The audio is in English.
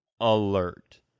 alert